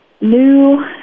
new